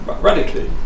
radically